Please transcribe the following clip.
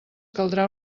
caldrà